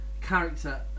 character